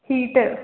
heater